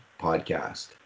podcast